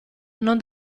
non